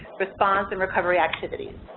response and recovery activities.